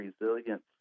resilience